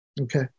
okay